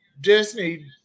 Disney